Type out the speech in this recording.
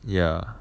ya